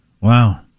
Wow